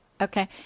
Okay